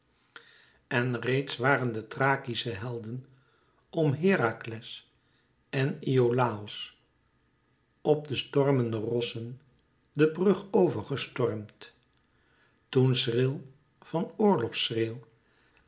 en reeds waren de thrakische helden om herakles en iolàos op de stormende rossen den brug over gestormd toen schril van oorlogsschreeuw